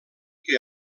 que